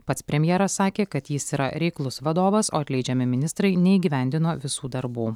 pats premjeras sakė kad jis yra reiklus vadovas o atleidžiami ministrai neįgyvendino visų darbų